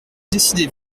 décidez